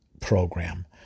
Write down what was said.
program